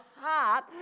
heart